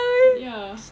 ya